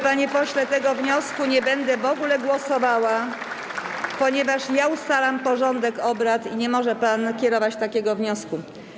Panie pośle, nad tym wnioskiem nie będziemy w ogóle głosowali, ponieważ ja ustalam porządek obrad i nie może pan kierować takiego wniosku.